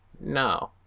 no